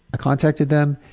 contact them,